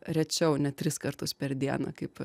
rečiau ne tris kartus per dieną kaip